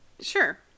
Sure